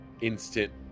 instant